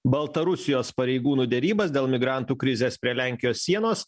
baltarusijos pareigūnų derybas dėl migrantų krizės prie lenkijos sienos